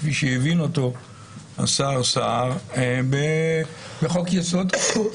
כפי שהבין אותו השר סער בחוק-יסוד כזה.